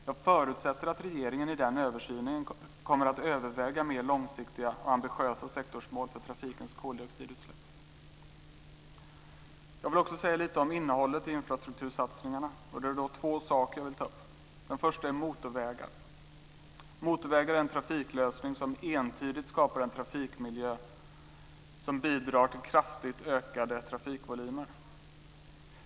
Jag förutsätter att regeringen i den översynen kommer att överväga mer långsiktiga och ambitiösa sektorsmål för trafikens koldioxidutsläpp. Jag vill också säga lite om innehållet i infrastruktursatsningarna, och det är två saker som jag då vill ta upp. Den första är motorvägar. Motorvägar är en trafiklösning som entydigt skapar en trafikmiljö som bidrar till kraftigt ökade trafikvolymer.